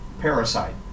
Parasite